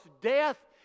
death